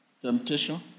temptation